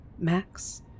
Max